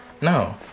No